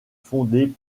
fondée